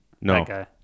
No